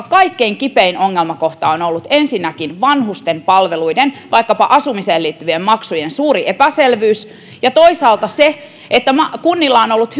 kaikkein kipein ongelmakohta on on ollut ensinnäkin vanhusten palveluiden vaikkapa asumiseen liittyvien maksujen suuri epäselvyys ja toisaalta se että kunnilla on ollut